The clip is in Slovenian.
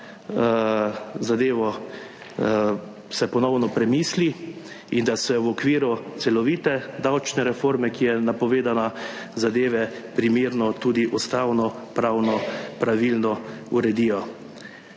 se ponovno premisli, in da se v okviru celovite davčne reforme, ki je napovedana, zadeve primerno tudi ustavno pravno pravilno uredijo.